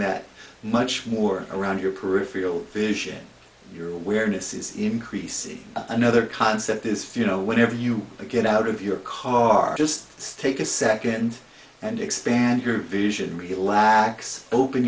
that much more around your peripheral vision your awareness is increasing another concept this few know whenever you get out of your car just stake a second and expand your vision relax open